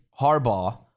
Harbaugh